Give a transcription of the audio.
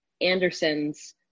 Andersons